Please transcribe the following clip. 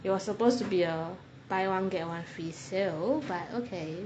it was supposed to be a buy one get one free sale but okay